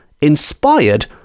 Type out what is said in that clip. inspired